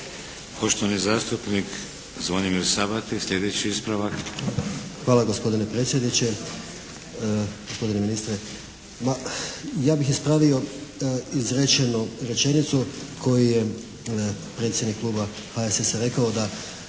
Poštovani zastupnik Zvonimir Sabati slijedeći ispravak. **Sabati, Zvonimir (HSS)** Hvala gospodine predsjedniče. Gospodine ministre. Ja bih ispravio izrečenu rečenicu koju je predsjednik kluba HSS-a rekao da